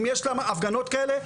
אם יש לה הפגנות כאלה,